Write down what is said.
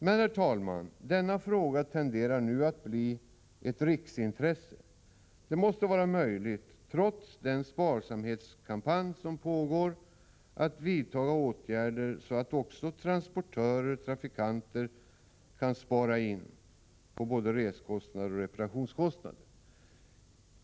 Men, herr talman, denna fråga tenderar nu att bli ett riksintresse. Det måste vara möjligt, trots den sparsamhetskampanj som pågår, att vidta åtgärder så att också transportörer-trafikanter kan spara in på både resekostnader och reparationskostnader.